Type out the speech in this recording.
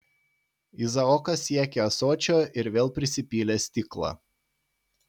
izaokas siekė ąsočio ir vėl prisipylė stiklą